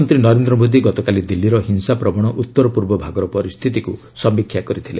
ପ୍ରଧାନମନ୍ତ୍ରୀ ନରେନ୍ଦ୍ର ମୋଦି ଗତକାଲି ଦିଲ୍ଲୀର ହିଂସା ପ୍ରବଣ ଉତ୍ତର ପୂର୍ବ ଭାଗର ପରିସ୍ଥିତିକୁ ସମୀକ୍ଷା କରିଥିଲେ